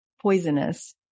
poisonous